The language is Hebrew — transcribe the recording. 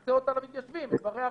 מקצה אותה למתיישבים בברי הרשות,